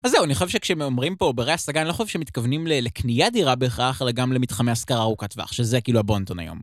אז זהו, אני חושב שכשאומרים פה, ברי הסגה, אני לא חושב שמתכוונים לקנייה דירה בהכרח, אלא גם למתחמי השכרה ארוכת טווח שזה כאילו הבונ־טון היום.